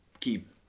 keep